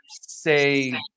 say